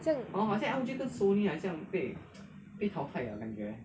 好像